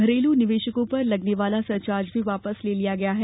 घरेलू निवेशकों पर लगने वाला सरचार्ज भी वापस ले लिया गया है